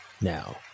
Now